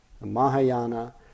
Mahayana